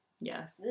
Yes